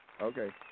Okay